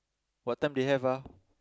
what time they have ah